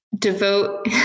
devote